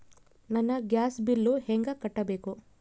ನನ್ನ gas bill ಹೆಂಗ ಕಟ್ಟಬೇಕು?